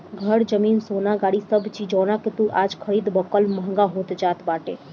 घर, जमीन, सोना, गाड़ी सब चीज जवना के तू आज खरीदबअ उ कल महंग होई जात बाटे